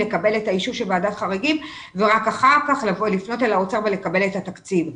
לקבל את האישור של ועדת חריגים ורק אחר כך לפנות לאוצר ולקבל את התקציב.